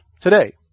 today